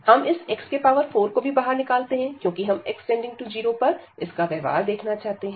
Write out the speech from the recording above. हम इस x4 को भी बाहर निकालते हैं क्योंकि हम x0 पर इसका व्यवहार देखना चाहते हैं